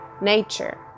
nature